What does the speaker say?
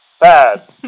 bad